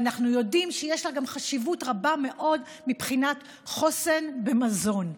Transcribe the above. ואנחנו יודעים שיש לה גם חשיבות רבה מאוד מבחינת חוסן במזון.